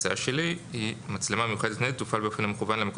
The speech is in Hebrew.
ההצעה שלי היא: "מצלמה מיוחדת ניידת תופעל באופן המכוון למקום